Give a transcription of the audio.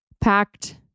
packed